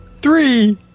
Three